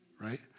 right